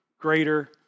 greater